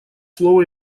слово